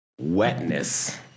wetness